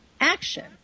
action